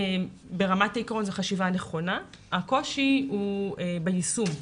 ברמת העיקרון, זו חשיבה נכונה, הקושי הוא ביישום.